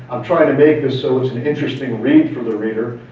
um try to make this so it's an interesting read for the reader.